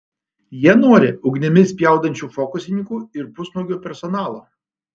jie nori ugnimi spjaudančių fokusininkų ir pusnuogio personalo